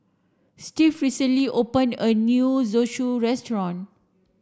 Steve recently open a new Zosui restaurant